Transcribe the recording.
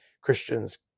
Christians